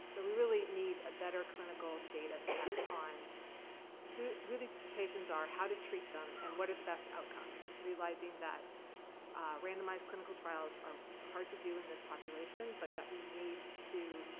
so we really need a better clinical data set and on who who these patients are, how to treat them, and what are the best outcomes? realizing that randomized clinical trials are hard to do in this population, but that we need to